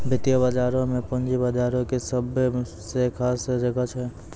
वित्तीय बजारो मे पूंजी बजारो के सभ्भे से खास जगह छै